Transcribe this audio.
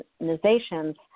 organizations